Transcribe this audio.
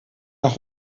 nach